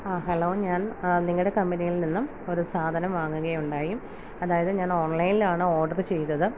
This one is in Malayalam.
ആ ഹലോ ഞാൻ നിങ്ങളുടെ കമ്പനിയിൽ നിന്നും ഒരു സാധനം വാങ്ങുകയുണ്ടായി അതായത് ഞാൻ ഓൺലൈനിലാണ് ഓർഡറ് ചെയ്തത്